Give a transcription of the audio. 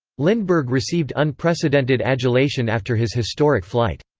lindbergh received unprecedented adulation after his historic flight.